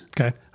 Okay